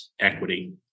equity